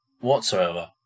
whatsoever